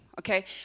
okay